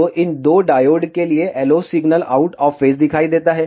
तो इन दो डायोड के लिए LO signal out of phase दिखाई देता है